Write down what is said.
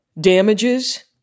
damages